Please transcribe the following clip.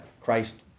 Christ